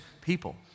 people